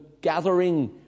Gathering